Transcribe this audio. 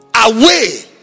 away